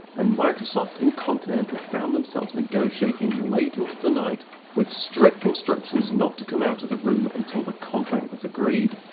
and microsoft and continental found themselves negotiating late into the night with strict instructions not to come out of the room until the contract was agreed.